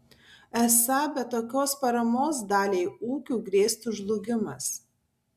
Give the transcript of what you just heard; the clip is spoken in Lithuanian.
esą be tokios paramos daliai ūkių grėstų žlugimas